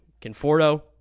Conforto